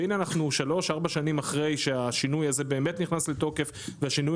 והנה אנחנו שלוש-ארבע שנים אחרי שהשינוי הזה באמת נכנס לתוקף והשינוי